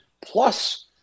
plus